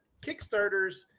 Kickstarters